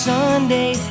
Sunday